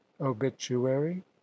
obituary